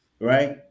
Right